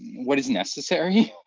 what is necessary,